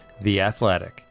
theathletic